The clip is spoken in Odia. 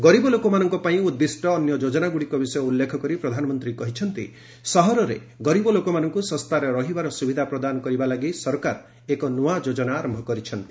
ଗରିବ ଲୋକମାନଙ୍କ ପାଇଁ ଉଦ୍ଦିଷ୍ଟ ଅନ୍ୟ ଯୋଜନାଗୁଡ଼ିକ ବିଷୟ ଉଲ୍ଲେଖ କରି ପ୍ରଧାନମନ୍ତ୍ରୀ କହିଛନ୍ତି ସହରରେ ଗରିବ ଲୋକମାନଙ୍କୁ ଶସ୍ତାରେ ରହିବାର ସୁବିଧା ପ୍ରଦାନ କରିବା ଲାଗି ସରକାର ଏକ ନ୍ତଆ ଯୋଜନା ଆରମ୍ଭ କରିଛନ୍ତି